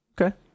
Okay